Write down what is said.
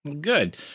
good